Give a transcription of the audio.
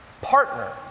partner